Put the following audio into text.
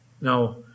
Now